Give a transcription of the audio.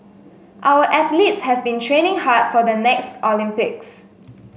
our athletes have been training hard for the next Olympics